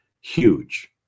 huge